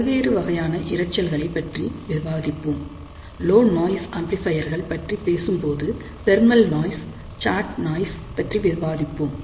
பல்வேறு வகையான இரைச்சல்களைப் பற்றி விவாதித்தோம் லோ நாய்ஸ் ஆம்ப்ளிபையர் பற்றி பேசும்போது தெர்மல் நாய்ஸ் சாட் நாய்ஸ் பற்றி விவாதித்தோம்